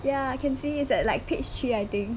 ya I can see it's at like page three I think